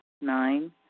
Nine